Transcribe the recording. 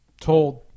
told